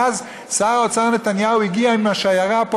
ואז שר האוצר נתניהו הגיע עם השיירה פה